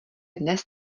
dnes